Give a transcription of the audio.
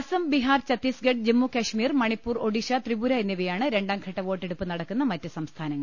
അസം ബീഹാർ ചത്തീസ്ഗഡ് ജമ്മുകശ്മീർ മണിപ്പൂർ ഒഡീ ഷ ത്രിപുര എന്നിവയാണ് രണ്ടാംഘട്ട വോട്ടെടുപ്പ് നടക്കുന്ന മറ്റ് സംസ്ഥാനങ്ങൾ